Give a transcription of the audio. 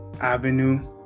Avenue